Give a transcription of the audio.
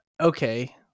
okay